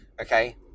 okay